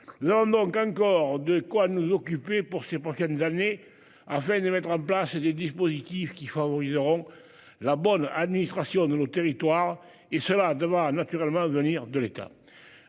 l'manque encore de quoi nous occuper pour ces prochaines années afin de mettre en place des dispositifs qui favoriseront la bonne administration de nos territoires et cela naturellement venir de l'état